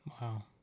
wow